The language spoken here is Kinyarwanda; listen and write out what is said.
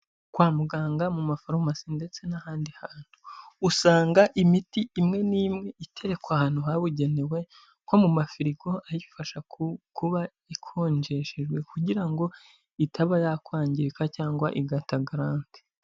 Kwa muganga mu mafarumasi ndetse n'ahandi hantu, usanga imiti imwe n'imwe iterekwa ahantu habugenewe, nko mu mafirigo ayifasha kuba ikonjeshejwe kugira ngo itaba yakwangirika cyangwa igata garante.